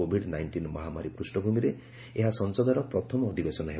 Covid nineteen ମହାମାରୀ ପୃଷ୍ଠଭୂମିରେ ଏହା ସଂସଦର ପ୍ରଥମ ଅଧିବେଶନ ହେବ